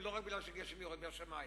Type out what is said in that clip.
ולא רק כי גשם יורד מן השמים.